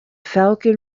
falcon